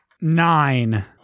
Nine